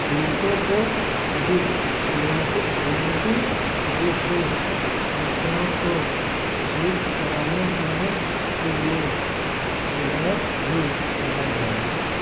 श्रमिकों को अधिक निमित्त निमित्त रूप से समस्याओं को ठीक कराने देने के लिये सुविधायक भी लगाये जाएंगे